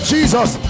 Jesus